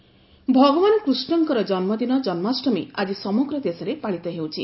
ଜନ୍ମାଷ୍ଟମୀ ଭଗବାନ କୃଷ୍ଣଙ୍କର ଜନ୍ମଦିନ ଜନ୍ମାଷ୍ଟମୀ ଆଜି ସମଗ୍ର ଦେଶରେ ପାଳିତ ହେଉଛି